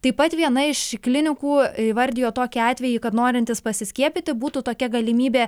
taip pat viena iš klinikų įvardijo tokį atvejį kad norintys pasiskiepyti būtų tokia galimybė